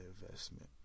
investment